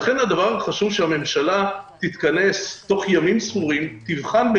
לכן חשוב שהממשלה תתכנס תוך ימים ספורים ותבחן,